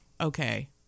okay